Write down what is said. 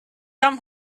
come